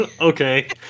okay